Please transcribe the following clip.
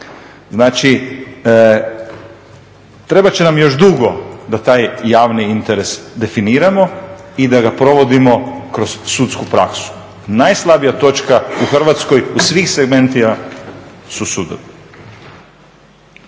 Znači trebat će nam još dugo da taj javni interes definiramo i da ga provodimo kroz sudsku praksu. Najslabija točka u Hrvatskoj u svim segmentima su sudovi.